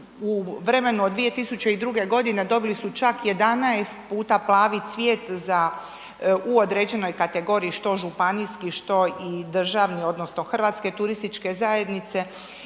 U vremenu od 2002. godine dobili su čak 11 puta „Plavi cvijet“ u određenoj kategoriji što županijski, što i državni odnosno Hrvatske turističke zajednice.